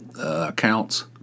accounts